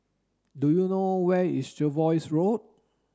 do you know where is Jervois Road